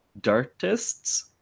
dartists